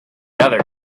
other